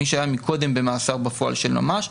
מי שהיה קודם במאסר בפועל של ממש,